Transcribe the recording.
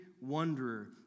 wanderer